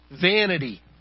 vanity